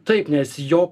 taip nes jo